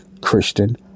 Christian